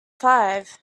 five